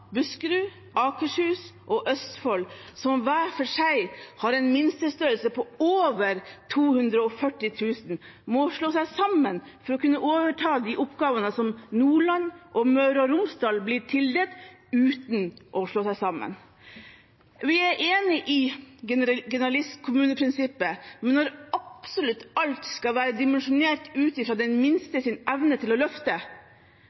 Buskerud, Akershus og Østfold, som hver for seg har en minstestørrelse på over 240 000, må slå seg sammen for å kunne overta de oppgavene som Nordland og Møre og Romsdal blir tildelt – uten å slå seg sammen. Vi er enig i generalistkommuneprinsippet, men når absolutt alt skal være dimensjonert ut fra den